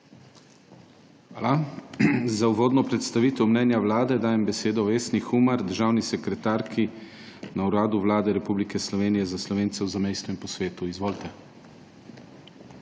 Hvala. Za uvodno predstavitev mnenja Vlade dajem besedo Vesni Humar, državni sekretarki na Uradu Vlade Republike Slovenije za Slovence v zamejstvu in po svetu. VESNA